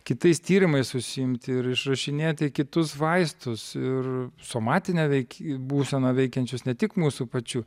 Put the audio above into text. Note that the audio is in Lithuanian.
kitais tyrimais užsiimti ir išrašinėti kitus vaistus ir somatinę veik būseną veikiančius ne tik mūsų pačių